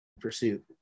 pursuit